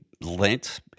Lent